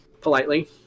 politely